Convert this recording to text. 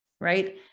Right